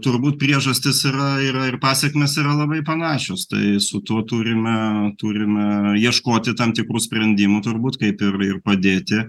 turbūt priežastys yra yra ir pasekmės yra labai panašios tai su tuo turime turime ieškoti tam tikrų sprendimų turbūt kaip ir ir padėti